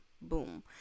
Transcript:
boom